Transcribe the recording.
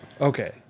Okay